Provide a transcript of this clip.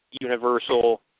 universal